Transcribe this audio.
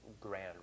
grand